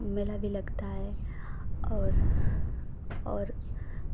मेला भी लगता है और और